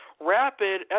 rapid